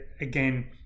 again